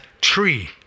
tree